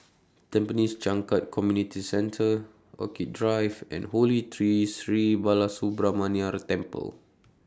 Tampines Changkat Community Centre Orchid Drive and Holy Tree Sri Balasubramaniar Temple